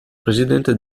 presidente